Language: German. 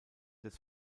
des